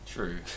True